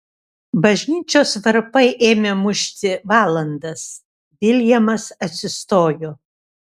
bažnyčios varpai ėmė mušti valandas viljamas atsistojo